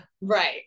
right